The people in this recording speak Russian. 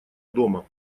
дома